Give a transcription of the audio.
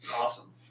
awesome